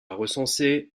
recenser